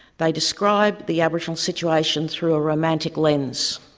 they describe the aboriginal situation through a romantic lens.